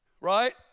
right